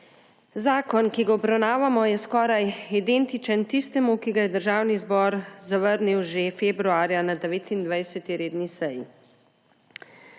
Zakon, ki ga obravnavamo, je skoraj identičen tistemu, ki ga je Državni zbor zavrnil že februarja na 29. redni seji.